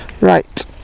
Right